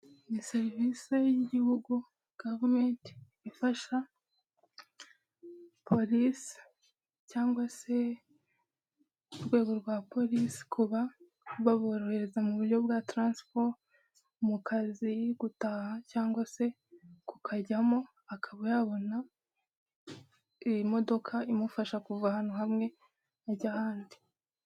Ni serivisi y'igihugu gavumenti ifasha Polise cyangwa se urwego rwa Polise kuba baborohereza mu buryo bwa transiporo mu kazi, gutaha cyangwa se kukajyamo, akaba yabona imodoka imufasha kuva ahantu hamwe ajya ahandi.